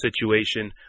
situation